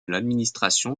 l’administration